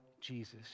Jesus